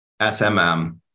SMM